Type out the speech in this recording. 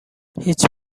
هیچ